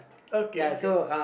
okay okay